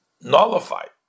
nullified